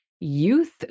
youth